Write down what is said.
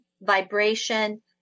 vibration